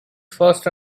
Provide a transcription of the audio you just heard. fast